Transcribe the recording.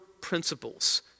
principles